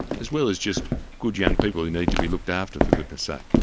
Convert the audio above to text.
as well as just good young people who need to be looked after, for goodness sake.